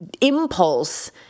impulse